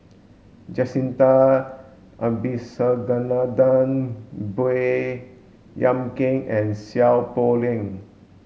Jacintha Abisheganaden Baey Yam Keng and Seow Poh Leng